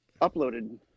uploaded